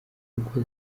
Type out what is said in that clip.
kuko